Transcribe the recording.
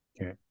Okay